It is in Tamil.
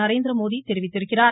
நரேந்திரமோடி தெரிவித்திருக்கிறார்